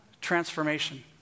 transformation